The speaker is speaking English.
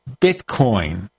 bitcoin